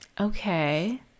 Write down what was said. Okay